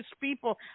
people